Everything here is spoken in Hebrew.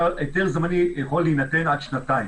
היתר זמני יכול להינתן עד שנתיים.